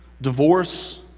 divorce